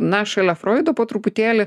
na šalia froido po truputėlį